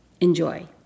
Enjoy